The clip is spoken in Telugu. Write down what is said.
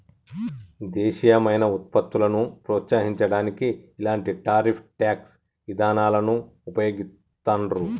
దేశీయమైన వుత్పత్తులను ప్రోత్సహించడానికి ఇలాంటి టారిఫ్ ట్యేక్స్ ఇదానాలను వుపయోగిత్తండ్రు